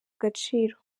agaciro